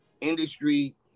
industry